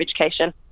Education